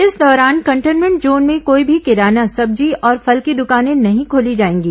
इस दौरान containment zone में कोई भी किराना सब्जी और फल की दुकानें नहीं खोली जाएंगी